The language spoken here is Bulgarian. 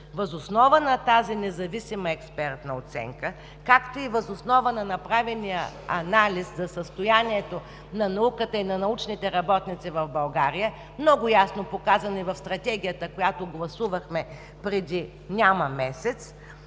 Въз основа на тази независима експертна оценка, както и въз основа на направения анализ за състоянието на науката и на научните работници в България – много ясно показани и в Стратегията, която гласувахме преди няма месец,